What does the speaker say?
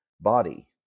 body